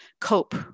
cope